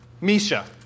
Misha